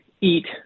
eat